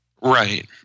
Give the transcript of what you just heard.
Right